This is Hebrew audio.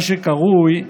מה שקרוי,